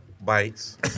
bites